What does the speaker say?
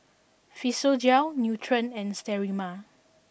Physiogel Nutren and Sterimar